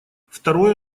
второе